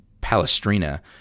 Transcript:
Palestrina